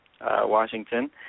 Washington